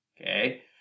okay